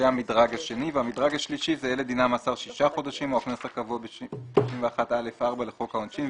אלה דינם מאסר שישה חודשים או הקנס הקבוע בסעיף א61(א)(4) לחוק העונשין,